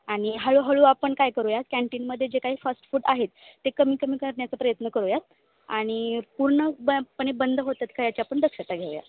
आणि हळूहळू आपण काय करूयात कॅन्टीनमध्ये जे काही फास्ट फूड आहेत ते कमी कमी करण्याचा प्रयत्न करूयात आणि पूर्ण ब पणे बंद होतात का याच्या आपण दक्षता घेऊया